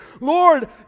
Lord